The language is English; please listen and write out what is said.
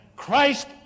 Christ